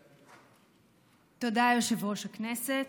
תודה, יושב-ראש הכנסת.